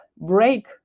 break